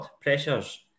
pressures